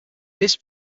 this